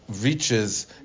reaches